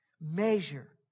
Measure